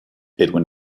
edwin